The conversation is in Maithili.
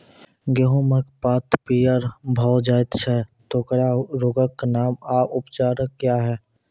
गेहूँमक पात पीअर भअ जायत छै, तेकरा रोगऽक नाम आ उपचार क्या है?